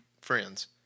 friends